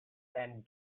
and